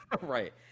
Right